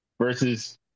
versus